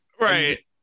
Right